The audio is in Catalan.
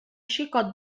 xicot